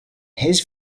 his